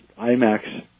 IMAX